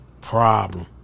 problem